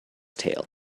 tail